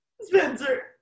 Spencer